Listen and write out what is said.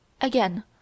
Again